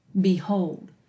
Behold